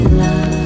love